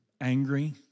angry